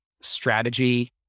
strategy